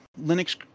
linux